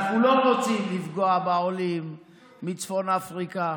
אנחנו לא רוצים לפגוע בעולים מצפון אפריקה